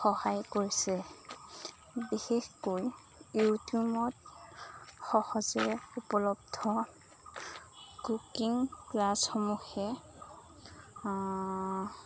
সহায় কৰিছে বিশেষকৈ ইউটিউবত সহজে উপলব্ধ কুকিং ক্লাছসমূহে